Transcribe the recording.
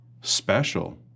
Special